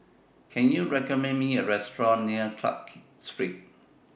Can YOU recommend Me A Restaurant near Clarke Street